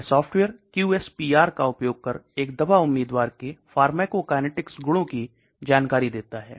यह software QSPR का उपयोग कर एक दवा उम्मीदवार के फार्माकोकाइनेटिक्स गुणों की जानकारी देता है